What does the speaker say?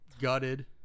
gutted